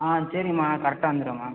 ஆ சரிங்கம்மா கரெக்டாக வந்துடுறேன்ம்மா